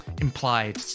implied